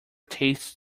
tastes